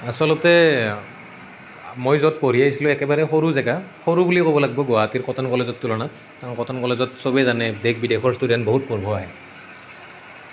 আচলতে মই য'ত পঢ়ি আহিছিলোঁ একেবাৰে সৰু জেগা সৰু বুলিয়েই ক'ব লাগিব গুৱাহাটীৰ কটন কলেজৰ তুলনাত কাৰণ কটন কলেজত চবেই জানে দেশ বিদেশৰ ষ্টুডেণ্ট বহুত পঢ়িব আহে